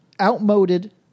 outmoded